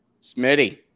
Smitty